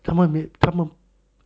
他们没他们